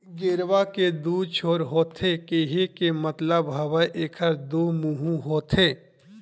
गेरवा के दू छोर होथे केहे के मतलब हवय एखर दू मुहूँ होथे